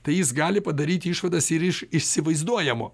tai jis gali padaryti išvadas ir iš įsivaizduojamo